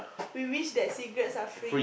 we wish that cigarettes are free